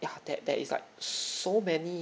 ya there there is like so many